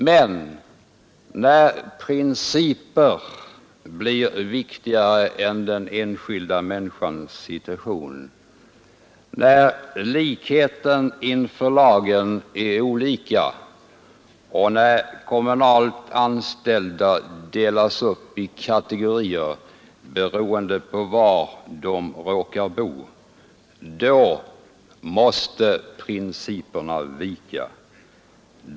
Men när principer blir viktigare än den enskilda människans situation, när likhet inför lagen inte tillämpas och när kommunalt anställda delas upp i kategorier beroende på var de råkar bo, då måste principerna vika.